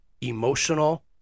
emotional